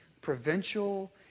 provincial